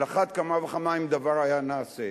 על אחת כמה וכמה אם הדבר היה נעשה.